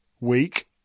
week